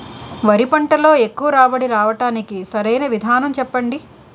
వరి పంటలో ఎక్కువ రాబడి రావటానికి సరైన విధానం చెప్పండి?